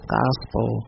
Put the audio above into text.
gospel